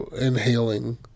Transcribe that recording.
inhaling